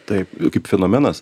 taip kaip fenomenas